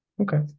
okay